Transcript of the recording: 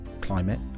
climate